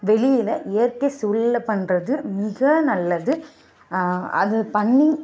வெளியில் இயற்கை சூழல்ல பண்ணுறது மிக நல்லது அது பண்ணி